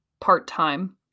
part-time